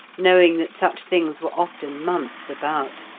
knowing that such things were often months about.